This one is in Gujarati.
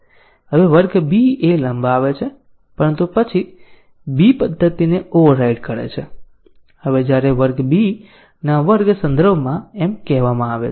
હવે વર્ગ B એ લંબાવે છે પરંતુ પછી તે B પદ્ધતિને ઓવરરાઇડ કરે છે હવે જ્યારે વર્ગ Bના વર્ગ સંદર્ભમાં એમ કહેવામાં આવે છે